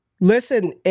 listen